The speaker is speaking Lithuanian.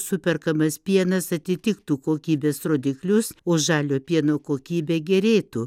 superkamas pienas atitiktų kokybės rodiklius o žalio pieno kokybė gerėtų